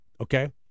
okay